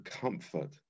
comfort